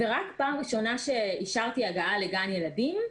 רק פעם ראשונה כשאישרתי הגעה לגן ילדים,